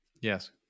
yes